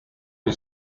que